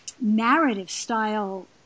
narrative-style